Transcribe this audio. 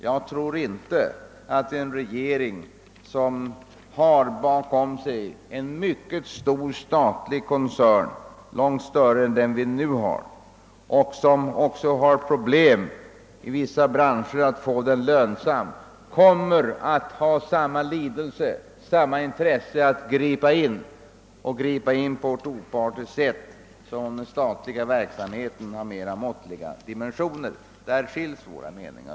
Jag tror inte att en regering, som har bakom sig en mycket stor statlig koncern — långt större än den som nu finns — och som har problem att få denna koncern lönsam kommer att visa samma lidelse, samma intresse för att gripa in och gripa in på ett opartiskt sätt som regeringen har vid en statlig verksamhet av mera måttliga dimensioner. Därvidlag skiljer sig våra meningar.